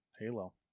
Halo